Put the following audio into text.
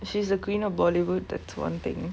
she's a greener bollywood that's one thing